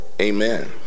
Amen